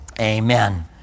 Amen